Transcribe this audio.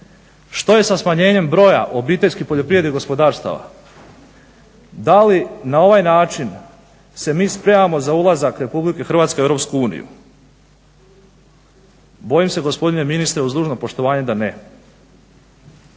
Što je sa smanjenjem broja obiteljskih poljoprivrednih gospodarstava? Da li na ovaj način se mi spremamo za ulazak RH u EU? Bojim se gospodine ministre, uz dužno poštovanje, da ne.